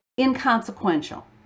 inconsequential